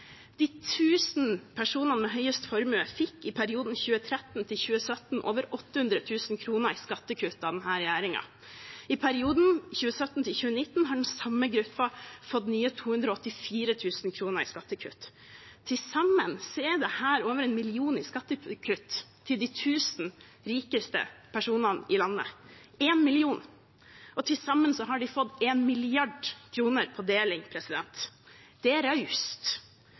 De tusen personene med høyest formue fikk i perioden 2013–2017 over 800 000 kr i skattekutt av denne regjeringen. I perioden 2017–2019 har den samme gruppen fått nye 284 000 kr i skattekutt. Til sammen er dette over 1 mill. kr i skattekutt til de tusen rikeste personene i landet – 1 mill. kr. Til sammen har de fått 1 mrd. kr på deling. Det er raust.